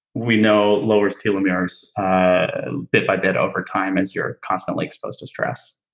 we know lowers telomeres bit by bit over time as you're constantly exposed to stress.